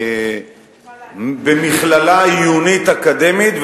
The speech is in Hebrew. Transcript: במכללה עיונית אקדמית,